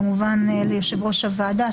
כמובן להודות ליושב-ראש הוועדה,